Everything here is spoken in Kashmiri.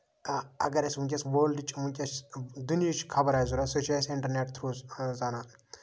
اَگر اَسہِ وٕنکیس وٲلڑٕچ وٕنکیٚس دُنیاہٕچۍ خبر آسہِ ضوٚرتھ سۄ چھِ أسۍ اِنٹرنیٹ تھروٗ زانان